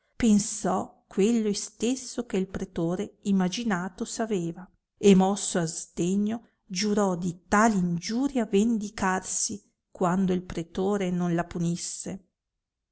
pensò quello istesso che pretore imaginato s aveva e mosso a sdegno giurò di tal ingiuria vendicarsi quando il pretore non la punisse